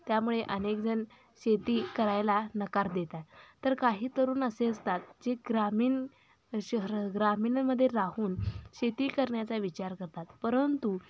त्यामुळे अनेक जण शेती करायला नकार देतात तर काही तरुण असे असतात जे ग्रामीण शहर ग्रामीणमध्ये राहून शेती करण्याचा विचार करतात परंतु